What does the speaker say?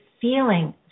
feeling